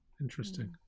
Interesting